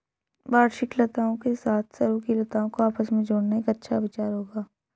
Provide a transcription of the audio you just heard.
वार्षिक लताओं के साथ सरू की लताओं को आपस में जोड़ना एक अच्छा विचार होगा